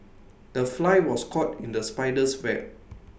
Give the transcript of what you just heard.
the fly was caught in the spider's web